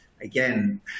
again